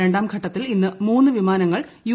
രണ്ടാം ഘട്ടത്തിൽ ഇന്ന് മൂന്ന് പ്രിമാനങ്ങൾ യു